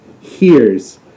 hears